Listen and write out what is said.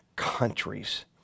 countries